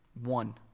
One